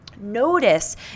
Notice